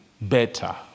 Better